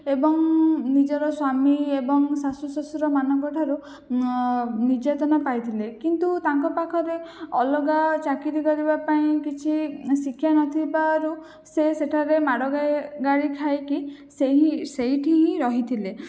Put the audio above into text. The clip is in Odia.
ଏବଂ ନିଜର ସ୍ୱାମୀ ଏବଂ ଶାଶୁଶ୍ଵଶୁରମାନଙ୍କଠାରୁ ନିର୍ଯାତନା ପାଇଥିଲେ କିନ୍ତୁ ତାଙ୍କ ପାଖରେ ଅଲଗା ଚାକିରି କରିବାପାଇଁ କିଛି ଶିକ୍ଷା ନଥିବାରୁ ସେ ସେଠାରେ ମାଡ଼ ଗାଳି ଖାଇକି ସେହି ସେଇଠି ହିଁ ରହିଥିଲେ